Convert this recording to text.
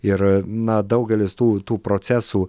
ir na daugelis tų tų procesų